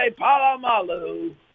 Palamalu